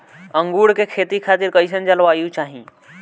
अंगूर के खेती खातिर कइसन जलवायु चाही?